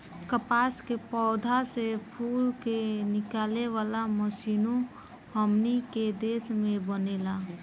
कपास के पौधा से फूल के निकाले वाला मशीनों हमनी के देश में बनेला